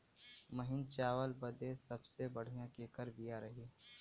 महीन चावल बदे सबसे बढ़िया केकर बिया रही?